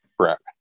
Correct